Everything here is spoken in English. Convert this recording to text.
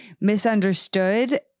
misunderstood